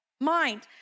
mind